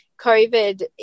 COVID